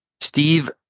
Steve